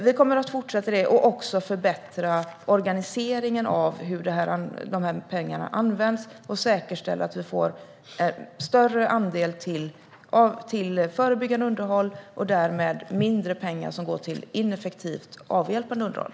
Vi kommer att fortsätta att satsa också för att förbättra organiseringen av hur pengarna används och säkerställa att vi får en större andel till förebyggande underhåll, och därmed blir det mindre pengar till ineffektivt avhjälpande underhåll.